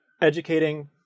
educating